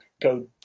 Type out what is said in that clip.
go